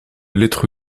lettre